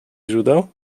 źródeł